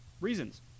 reasons